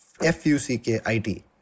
F-U-C-K-I-T